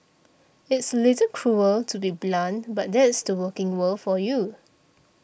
it's a little cruel to be blunt but that's the working world for you